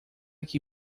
que